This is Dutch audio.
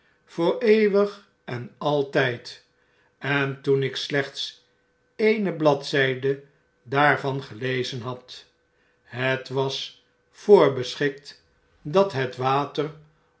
voor eeuwig en altgd en toen ik slechts eene bladzijde daarvan gelezen had het was voorbeschikt dat het water